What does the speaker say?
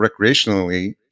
recreationally